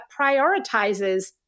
prioritizes